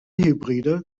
hybride